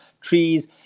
trees